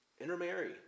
Intermarry